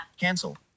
Cancel